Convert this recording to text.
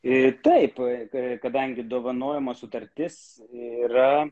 ir taip gerai kadangi dovanojimo sutartis yra